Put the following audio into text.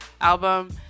album